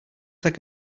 like